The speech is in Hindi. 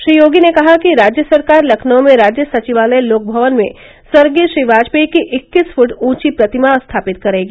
श्री योगी ने कहा कि राज्य सरकार लखनऊ में राज्य सचिवालय लोकभवन में स्वर्गीय श्री वांजपेयी की इक्कीस फुट ऊंची प्रतिमा स्थापित करेगी